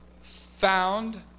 found